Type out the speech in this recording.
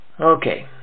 Okay